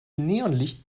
neonlicht